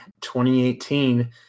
2018